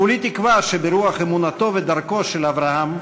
כולי תקווה שברוח אמונתו ודרכו של אברהם,